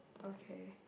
okay